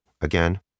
again